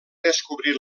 descobrir